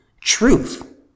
truth